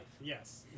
Yes